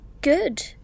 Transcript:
good